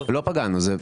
לא פגענו.